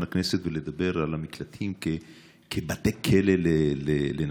הכנסת ולדבר על המקלטים כבתי כלא לנשים.